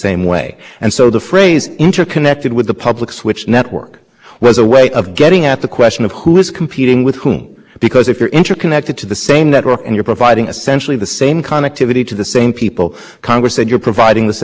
interconnected to the same network and you're providing essential in the same connectivity to the same people congress said you're providing the same service and that same point was behind the commission's rule which is disregarded here but it has never changed defining what would be functional